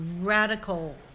radical